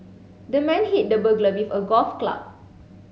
the man hit the burglar with a golf club